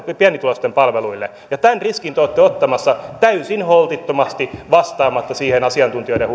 pienituloisten palveluille tämän riskin te olette ottamassa täysin holtittomasti vastaamatta siihen asiantuntijoiden